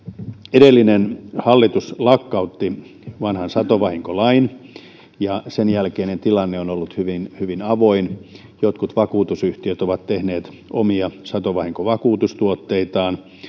edellinen hallitus lakkautti vanhan satovahinkolain ja sen jälkeinen tilanne on ollut hyvin hyvin avoin jotkut vakuutusyhtiöt ovat tehneet omia satovahinkovakuutustuotteitaan